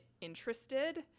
interested